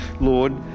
Lord